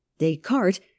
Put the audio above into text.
Descartes